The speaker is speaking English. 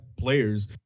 players